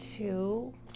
two